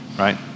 right